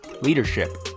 leadership